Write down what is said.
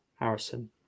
Harrison